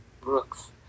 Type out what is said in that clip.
brooks